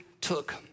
took